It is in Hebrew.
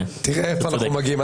תראה איפה אנחנו מגיעים.